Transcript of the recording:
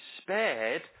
spared